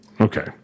Okay